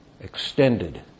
extended